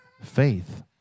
faith